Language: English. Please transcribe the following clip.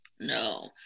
no